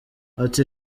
ati